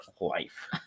life